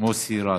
מוסי רז.